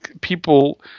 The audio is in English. people